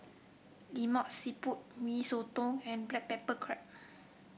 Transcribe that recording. Lemak Siput Mee Soto and Black Pepper Crab